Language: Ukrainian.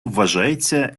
вважається